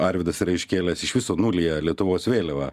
arvydas yra iškėlęs iš viso nulyje lietuvos vėliavą